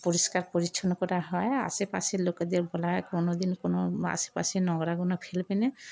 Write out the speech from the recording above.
পরিষ্কার পরিচ্ছন্ন করা হয় আশেপাশের লোকেদের বলা হয় কোনোদিন কোনো আশেপাশে নোংরাগুলো ফেলবে না